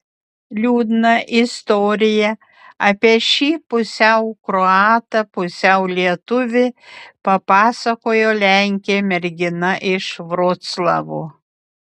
liūdną istoriją apie šį pusiau kroatą pusiau lietuvį papasakojo lenkė mergina iš vroclavo